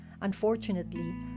Unfortunately